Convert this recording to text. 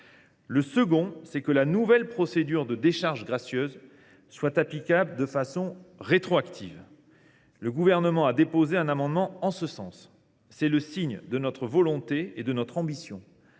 publication. Ensuite, la nouvelle procédure de décharge gracieuse sera applicable de façon rétroactive. Le Gouvernement a déposé un amendement en ce sens. C’est le signe de notre volonté et de notre ambition